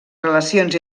relacions